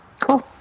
Cool